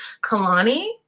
Kalani